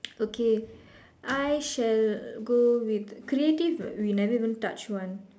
okay I shall go with creative we never even touch one